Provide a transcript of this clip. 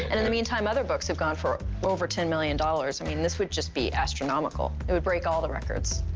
and in the meantime, other books have gone for over ten million dollars. i mean, this would just be astronomical. it would break all the records.